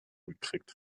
gekriegt